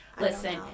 listen